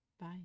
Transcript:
Bye